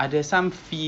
ya ya